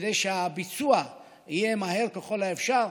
כדי שהביצוע יהיה מהיר ככל האפשר.